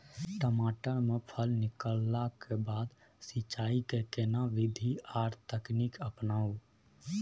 टमाटर में फल निकलला के बाद सिंचाई के केना विधी आर तकनीक अपनाऊ?